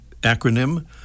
acronym